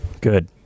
Good